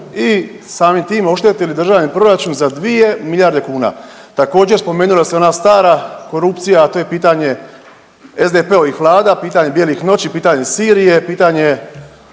i samim tim oštetili državni proračun za 2 milijarde kuna. Također spomenila se i ona stara korupcija, a to je pitanje SDP-ovih vlada, pitanje Bijelih noći, pitanje Sirije, pitanje